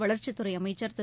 வளர்ச்சித்துறைஅமைச்சர் திரு